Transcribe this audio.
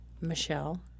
Michelle